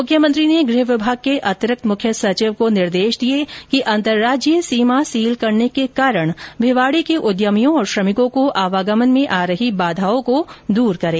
मुख्यमंत्री ने गृह विभाग के अतिरिक्त मुख्य सचिव को निर्देश दिए कि अंतर्राज्यीय सीमा सील करने के कारण भिवाडी के उद्यमियों और श्रमिकों को आवागमन में आ रही बाधाओं को दूर करें